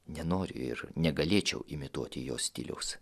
nenoriu ir negalėčiau imituoti jo stiliaus